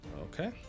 Okay